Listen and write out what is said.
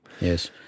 Yes